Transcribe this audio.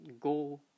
go